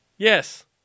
Yes